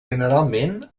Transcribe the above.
generalment